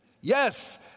yes